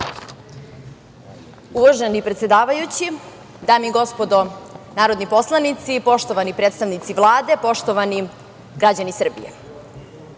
Uvaženi predsedavajući, dame i gospodo narodni poslanici, poštovani predstavnici Vlade, poštovani građani Srbije,